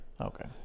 Okay